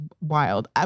wild